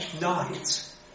night